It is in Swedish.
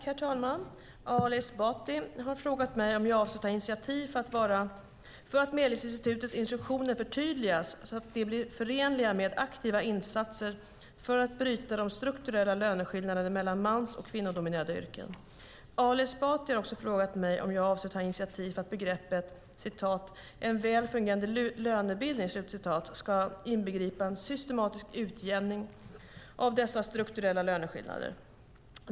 Herr talman! Ali Esbati har frågat mig om jag avser att ta initiativ för att Medlingsinstitutets instruktioner ska förtydligas så att de blir förenliga med aktiva insatser för att bryta de strukturella löneskillnaderna mellan mans och kvinnodominerade yrken. Ali Esbati har också frågat mig om jag avser att ta initiativ för att begreppet "en väl fungerande lönebildning" ska inbegripa en systematisk utjämning av dessa strukturella löneskillnader.